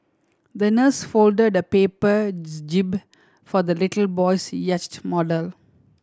the nurse folded the paper jib for the little boy's yacht model